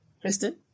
Kristen